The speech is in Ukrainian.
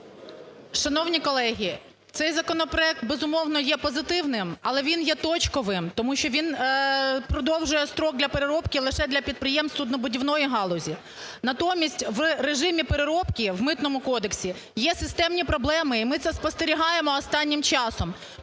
Шановні колеги! Цей законопроект, безумовно, є позитивним, але він є точковим, тому що він продовжує строк для переробки лише для підприємств суднобудівної галузі. Натомість в режимі митної переробки в Митному кодексі є системні проблеми, і ми це спостерігаємо останнім часом.